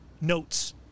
notes